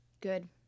Good